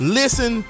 listen